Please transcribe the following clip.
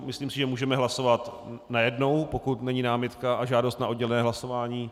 Myslím si, že můžeme hlasovat najednou, pokud není námitka a žádost na oddělené hlasování.